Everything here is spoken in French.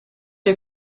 est